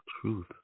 truth